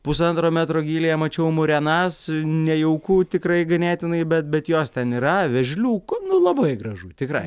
pusantro metro gylyje mačiau murenas nejauku tikrai ganėtinai bet bet jos ten yra vėžliukų labai gražu tikrai